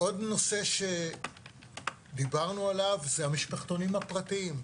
עוד נושא שדיברנו עליו זה המשפחתונים הפרטיים.